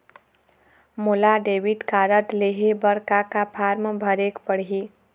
मोला debit card लेहे बर का का फार्म भरेक पड़ही?